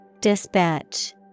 Dispatch